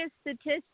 statistics